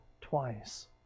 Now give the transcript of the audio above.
twice